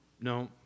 no